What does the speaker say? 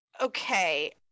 Okay